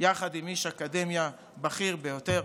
יחד עם איש אקדמיה בכיר ביותר.